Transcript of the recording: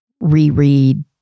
reread